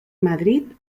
madrid